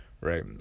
Right